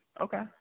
Okay